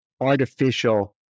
artificial